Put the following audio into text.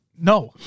No